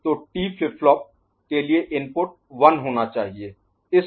तो T flip flop के लिए इनपुट 1 होना चाहिए